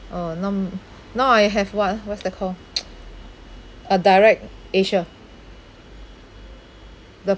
uh nom now I have what what's that called uh DirectAsia the